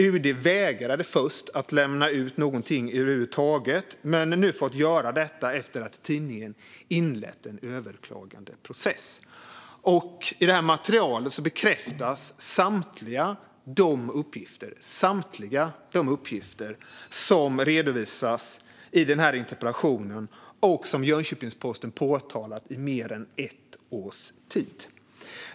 UD vägrade först lämna ut någonting över huvud taget men har nu fått göra det efter att tidningen inlett en överklagandeprocess. I det här materialet bekräftas samtliga de uppgifter som redovisas i den här interpellationen och som Jönköpings-Posten påtalat i mer än ett års tid.